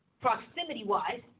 Proximity-wise